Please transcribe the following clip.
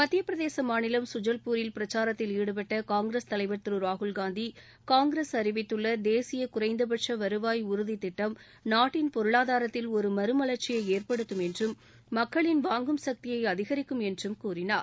மத்தியப்பிரதேச மாநிலம் சுஜல்பூரில் பிரச்சாரத்தில் ஈடுபட்ட காங்கிரஸ் தலைவர் திரு ராகுல்காந்தி காங்கிரஸ் அறிவித்துள்ள தேசிய குறைந்தபட்ச வருவாய் உறுதித்திட்டம் நாட்டின் பொருளாதாரத்தில் ஒரு மறுமலர்ச்சியை ஏற்படுத்தும் என்றும் மக்களின் வாங்கும் சக்தியை அதிகரிக்கும் என்றும் கூறினார்